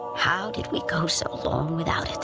how did we go so long without